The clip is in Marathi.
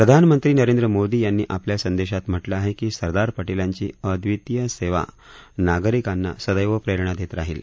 प्रधानमंत्री नरेंद्र मोदी यांनी आपल्या संदेशात म्हटलं आहे की सरदार पटेलांची अद्वितीय देशसेवा नागरिकांना सदैव प्रेरणा देत राहिल